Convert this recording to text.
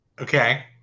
Okay